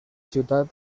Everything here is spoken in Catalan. ciutat